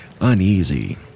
uneasy